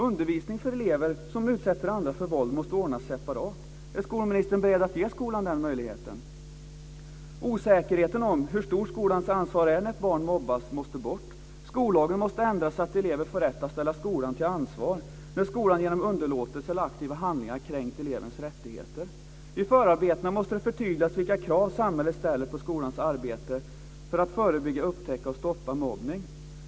Undervisning för elever som utsätter andra för våld måste ordnas separat. Är skolministern beredd att ge skolan den möjligheten? Osäkerheten om hur stort skolans ansvar är när ett barn mobbas måste bort. Skollagen måste ändras så att elever får rätt att ställa skolan till ansvar när skolan genom underlåtelse eller aktiva handlingar kränkt elevens rättigheter. I förarbetena måste det förtydligas vilka krav samhället ställer på skolans arbete för att förebygga, upptäcka och stoppa mobbning.